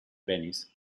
venice